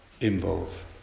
involve